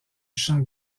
chant